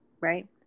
Right